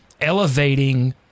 elevating